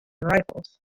rifles